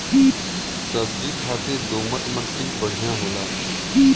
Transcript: सब्जी खातिर दोमट मट्टी बढ़िया होला